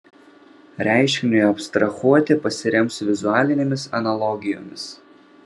reiškiniui abstrahuoti pasiremsiu vizualinėmis analogijomis